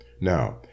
Now